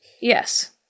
Yes